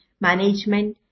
management